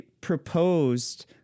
proposed